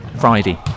friday